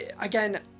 again